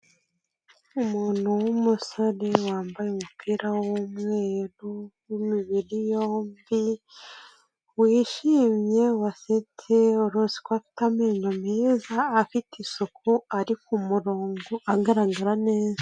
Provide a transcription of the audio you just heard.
Umuntu w'umusore wambaye umupira w'umweru w'imibiri yombi wishimye wasete warose ko afite amenyo meza afite isuku ari ku murongo agaragara neza.